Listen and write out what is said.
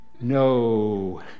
No